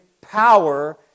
power